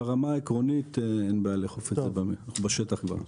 ברמה העקרונית אין בעיה לאכוף את זה בשטח כבר.